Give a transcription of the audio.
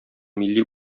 милли